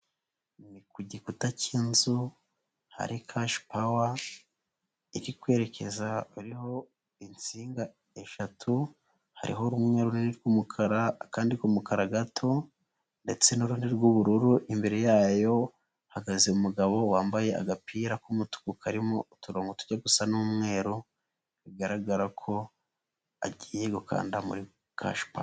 Ni ku gikuta k'inzu hari kashipawa iri kwerekeza hariho insinga eshatu hariho runini rw'umukara akandi k'umukara gato ndetse n'urundi rw'ubururu imbere yayo hahagaze umugabo wambaye agapira k'umutuku karimo uturongo tujya gusa n'umweru bigaragara ko agiye gukanda muri kashipawa.